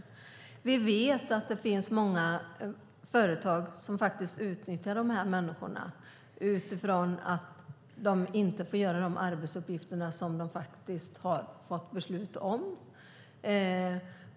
Vi vet att det finns många företag som utnyttjar dessa människor genom att de inte får utföra de arbetsuppgifter som det har fattats beslut om.